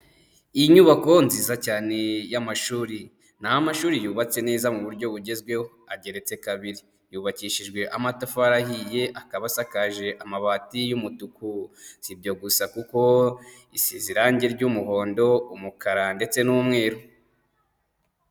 Inyubako nziza cyane y'amashuri, ni amashuri yubatse neza mu buryo bugezweho ageretse kabiri, yubakishijwe amatafari ahiye akaba asakaje amabati y'umutuku, si ibyo gusa kuko isize irangi ry'umuhondo, umukara ndetse n'umweru.